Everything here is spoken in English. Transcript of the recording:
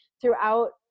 throughout